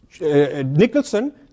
Nicholson